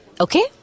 Okay